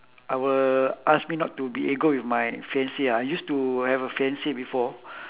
I will ask me not to be ego with my fiance ah I used to have a fiance before